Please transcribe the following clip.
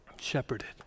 shepherded